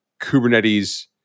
Kubernetes